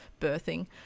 birthing